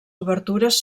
obertures